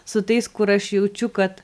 su tais kur aš jaučiu kad